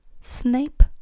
Snape